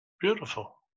Beautiful